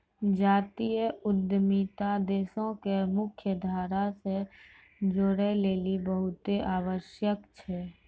जातीय उद्यमिता देशो के मुख्य धारा से जोड़ै लेली बहुते आवश्यक छै